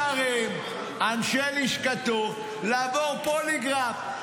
שרים, אנשי לשכתו, לעבור פוליגרף.